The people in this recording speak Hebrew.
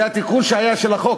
זה התיקון שהיה של החוק.